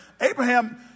Abraham